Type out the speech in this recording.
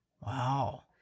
Wow